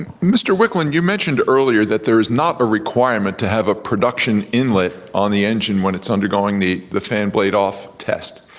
mr. wicklund, you mentioned earlier that there's not a requirement to have a production inlet on the engine when it's undergoing the the fan blade off test.